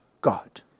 God